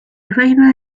reina